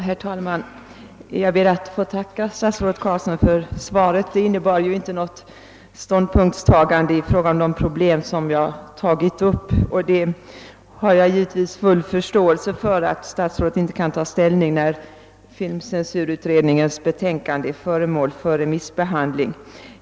Herr talman! Jag ber att få tacka statsrådet för svaret. Det innebar dock inte något ställningstagande i fråga om de problem som jag har tagit upp, men jag har givetvis full förståelse för att statsrådet inte kan ta ställning när filmcensurutredningens betänkande är föremål för remissbehandling.